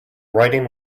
writing